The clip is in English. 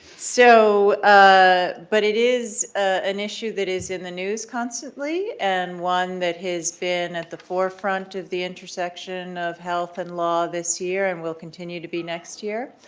so ah but it is an issue that is in the news constantly and one that has been at the forefront of the intersection of health and law this year and will continue to be next year.